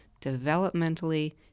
developmentally